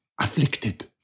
afflicted